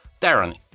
Darren